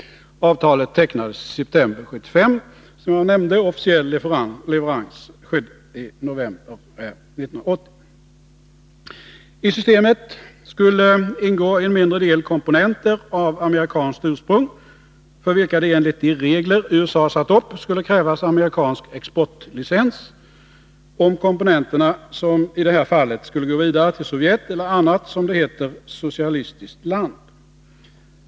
Avtalet tecknades, som jag nämnde, i september 1975. Officiell leverans skedde i november 1980. I systemet skulle ingå en mindre del komponenter av amerikanskt ursprung, för vilka det enligt de regler USA satt upp skulle krävas amerikansk exportlicens, om komponenterna såsom i det här fallet skulle gå vidare till Sovjet eller annat, som det heter, socialistiskt land.